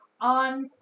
on